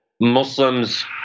Muslims